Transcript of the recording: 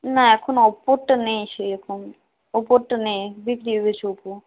না এখন ওপোরটা নেই সেরকম ওপোরটা নেই বিক্রি হয়ে গেছে ওপো